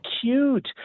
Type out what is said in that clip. cute